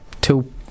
two